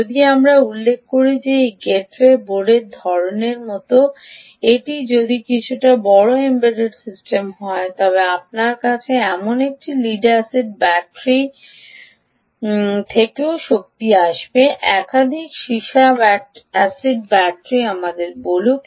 যদি আমরা উল্লেখ করেছি যে গেটওয়ে বোর্ডের ধরণের মতো এটি যদি কিছুটা বড় এম্বেডেড সিস্টেম হয় তবে আপনার কাছে এমন একটি লিড অ্যাসিড ব্যাটারি থেকেও শক্তি আসবে একাধিক সীসা অ্যাসিড ব্যাটারি আমাদের বলুক